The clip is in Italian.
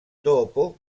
dopo